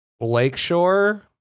Lakeshore